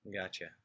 Gotcha